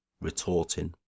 retorting